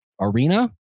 arena